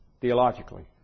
theologically